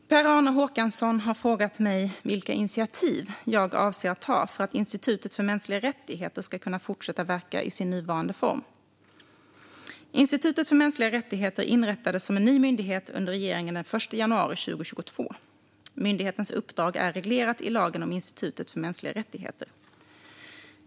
Fru talman! Per-Arne Håkansson har frågat mig vilka initiativ jag avser att ta för att Institutet för mänskliga rättigheter ska kunna fortsätta att verka i sin nuvarande form. Institutet för mänskliga rättigheter inrättades som en ny myndighet under regeringen den 1 januari 2022. Myndighetens uppdrag är reglerat i lagen om Institutet för mänskliga rättigheter.